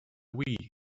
wii